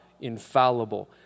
infallible